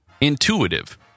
intuitive